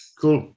cool